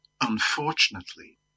Unfortunately